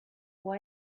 può